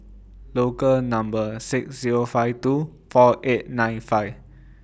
Local Number six Zero five two four eight nine five